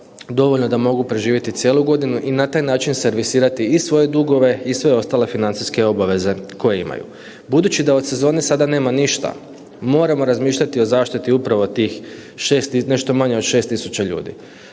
dovoljno da mogu preživjeti cijelu godinu i na taj način servisirati i svoje dugove i sve ostale financijske obaveze koje imaju. Budući da od sezone sada nema ništa, moramo razmišljati o zaštiti upravo tih, nešto manje od 6 tisuća ljudi.